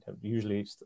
usually